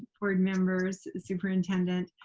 board members, superintendent,